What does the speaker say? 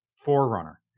Forerunner